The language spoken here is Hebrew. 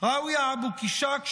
רויה אבו קישאק שעבאן,